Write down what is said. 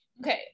Okay